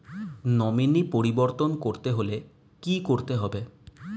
Nominee পরিবর্তন করতে হলে কী করতে হবে?